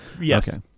Yes